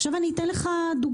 עכשיו אני אתן לך דוגמה.